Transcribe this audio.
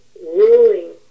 ruling